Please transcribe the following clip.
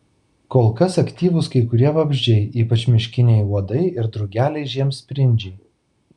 kol kas aktyvūs kai kurie vabzdžiai ypač miškiniai uodai ir drugeliai žiemsprindžiai